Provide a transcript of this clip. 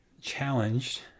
challenged